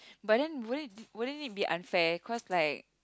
but then wouldn't wouldn't it be unfair cause like